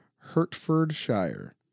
Hertfordshire